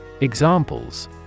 Examples